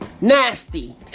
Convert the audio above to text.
Nasty